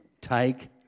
take